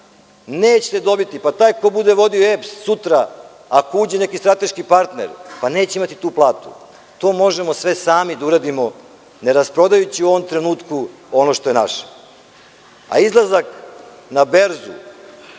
Nećete dobiti. Taj koji bude vodio EPS sutra, ako uđe neki strateški partner, neće imati tu platu. To možemo sve sami da uradimo, ne rasprodajući u ovom trenutku ono što je naše. Izlazak na berzu